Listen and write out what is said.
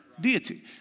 deity